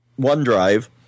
OneDrive